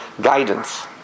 guidance